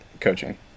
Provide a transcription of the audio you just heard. coaching